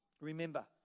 Remember